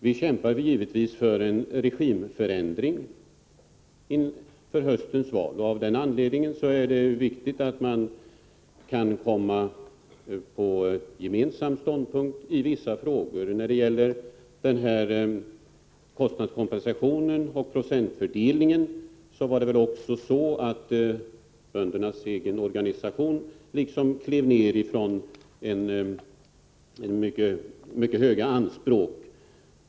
Vi kämpar givetvis för en regimförändring vid höstens val, och av den anledningen är det viktigt att man kan komma fram till en gemensam ståndpunkt i vissa frågor. När det gäller kostnadskompensationen och procentfördelningen var det så att böndernas egen organisation ”klev ned” från mycket höga anspråk.